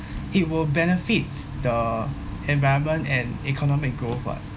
it will benefits the environment and economic growth [what]